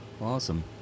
Awesome